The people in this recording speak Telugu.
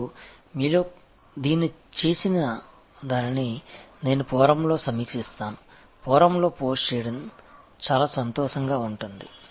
మరియు మీలో దీన్ని చేసిన దానిని నేను ఫోరమ్లో సమీక్షిస్తాను ఫోరమ్లో పోస్ట్ చేయడం చాలా సంతోషంగా ఉంటుంది